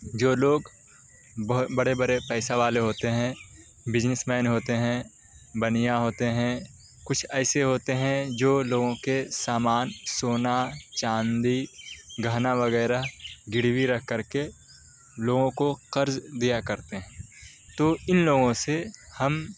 جو لوگ بڑے بڑے پیسہ والے ہوتے ہیں بزنس مین ہوتے ہیں بنیا ہوتے ہیں کچھ ایسے ہوتے ہیں جو لوگوں کے سامان سونا چاندی گہنا وغیرہ گروی رکھ کر کے لوگوں کو قرض دیا کرتے ہیں تو ان لوگوں سے ہم